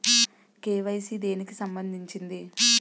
KYC దేనికి సంబందించింది?